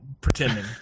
pretending